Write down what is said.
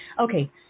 okay